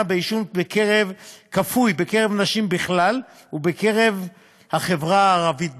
בעישון כפוי בקרב נשים בכלל ובחברה הערבית בפרט,